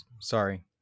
sorry